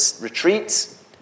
retreats